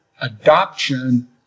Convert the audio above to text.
adoption